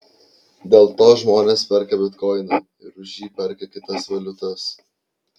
dėl to žmonės perka bitkoiną ir už jį perka kitas valiutas